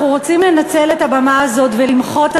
אנחנו רוצים לנצל את הבמה הזאת ולמחות,